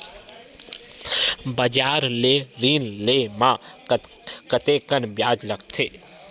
बजार ले ऋण ले म कतेकन ब्याज लगथे?